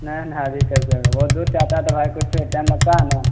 نہیں نہیں ابھی کیسے ہوگا بہت دور سے آتا ہے تو بھائی کچھ ٹائم لگتا ہے نا